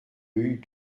rue